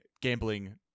gambling